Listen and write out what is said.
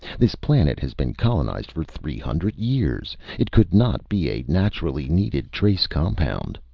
this planet has been colonized for three hundred years. it could not be a naturally needed trace compound.